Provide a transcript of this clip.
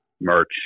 merch